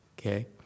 okay